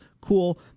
Cool